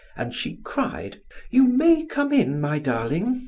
and she cried you may come in, my darling.